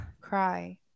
cry